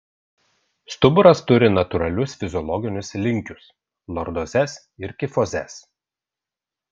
stuburas turi natūralius fiziologinius linkius lordozes ir kifozes